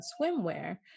swimwear